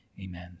Amen